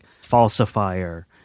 Falsifier